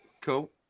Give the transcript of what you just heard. Cool